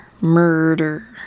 murder